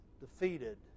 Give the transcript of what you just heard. defeated